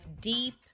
deep